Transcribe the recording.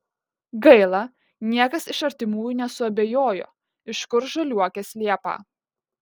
gaila niekas iš artimųjų nesuabejojo iš kur žaliuokės liepą